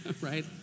right